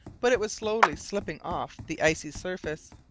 but it was slowly slipping off the icy surface.